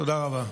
תודה רבה.